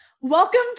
Welcome